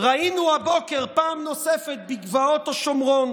ראינו הבוקר פעם נוספת בגבעות השומרון,